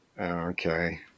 Okay